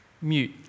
mute